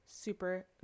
super